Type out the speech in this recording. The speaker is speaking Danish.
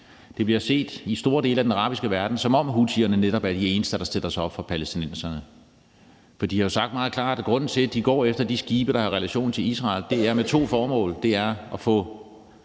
Der bliver i store dele af den arabiske verden netop set sådan på det, at houthierne er de eneste, der stiller sig op for palæstinenserne. For de har jo sagt meget klart, at det, at de går efter de skibe, der har en relation til Israel, har to formål, altså at få